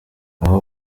aho